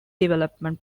development